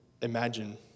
imagine